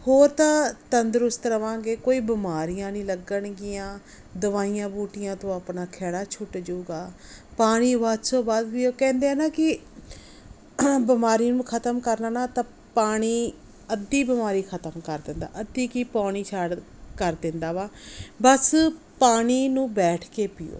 ਹੋਰ ਤਾਂ ਤੰਦਰੁਸਤ ਰਹਾਂਗੇ ਕੋਈ ਬਿਮਾਰੀਆਂ ਨਹੀਂ ਲੱਗਣਗੀਆਂ ਦਵਾਈਆਂ ਬੂਟੀਆਂ ਤੋਂ ਆਪਣਾ ਖਹਿੜਾ ਛੁੱਟ ਜਾਊਗਾ ਪਾਣੀ ਵੱਧ ਤੋਂ ਵੱਧ ਪੀਓ ਕਹਿੰਦੇ ਹਾਂ ਨਾ ਕਿ ਬਿਮਾਰੀ ਨੂੰ ਖਤਮ ਕਰਨਾ ਨਾ ਤਾਂ ਪਾਣੀ ਅੱਧੀ ਬਿਮਾਰੀ ਖਤਮ ਕਰ ਦਿੰਦਾ ਅੱਧੀ ਕੀ ਪੌਣੀ ਛੱਡ ਕਰ ਦਿੰਦਾ ਵਾ ਬਸ ਪਾਣੀ ਨੂੰ ਬੈਠ ਕੇ ਪੀਓ